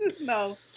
No